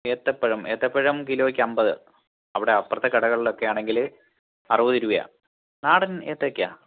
ഏത്തപ്പഴം ഏത്തപ്പഴം കിലോയ്ക്ക് അമ്പത് അവിടെ അപ്പുറത്തെ കടകളിലൊക്കെയാണെങ്കിൽ അറുപത് രൂപയാണ് നാടൻ ഏത്തയ്ക്ക